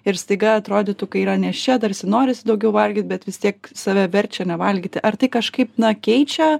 ir staiga atrodytų kai yra nėščia tarsi norisi daugiau valgyt bet vis tiek save verčia nevalgyti ar tai kažkaip na keičia